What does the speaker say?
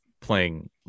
playing